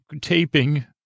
Taping